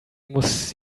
muss